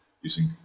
using